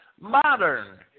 modern